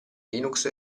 linux